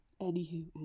Anywho